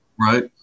Right